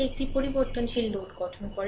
এতে একটি পরিবর্তনশীল লোড গঠন করে